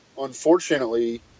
Unfortunately